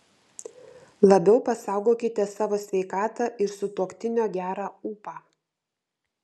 labiau pasaugokite savo sveikatą ir sutuoktinio gerą ūpą